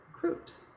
groups